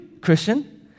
Christian